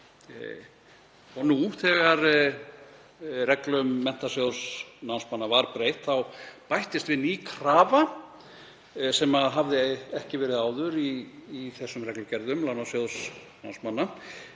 Og nú, þegar reglum um Menntasjóð námsmanna var breytt, bættist við ný krafa sem ekki hafði verið áður í þessum reglugerðum lánasjóðs námsmanna,